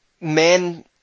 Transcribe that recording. men